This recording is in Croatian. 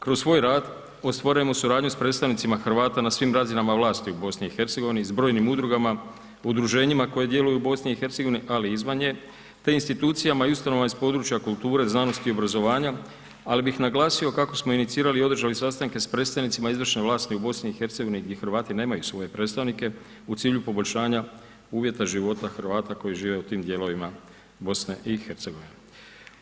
Kroz svoj rad ostvarujemo suradnju sa predstavnicima Hrvata na svim razinama vlasti u BiH-u, s brojnim udrugama, udruženjima koja djeluju u BiH-u ali i izvan nje te institucijama i ustanovama iz područja kulture, znanosti i obrazovanja ali bih naglasio kako smo inicirali i održali sastanke s predstavnicima izvršne vlasti u BiH-u gdje Hrvati nemaju svoje predstavnike u cilju poboljšanja uvjeta života Hrvata koji žive u tim dijelovima BiH-a.